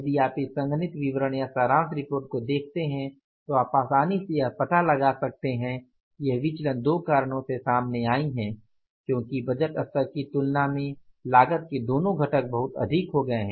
यदि आप इस संघनित विवरण या सारांश रिपोर्ट को देखते हैं तो आप आसानी से यह पता लगा सकते हैं कि यह विचलन दो कारणों से सामने आई है क्योंकि बजट स्तर की तुलना में लागत के दोनों घटक बहुत अधिक हो गए हैं